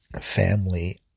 family